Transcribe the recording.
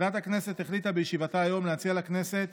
ועדת הכנסת החליטה בישיבתה היום להציע לכנסת